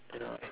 ya